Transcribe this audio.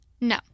No